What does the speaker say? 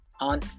on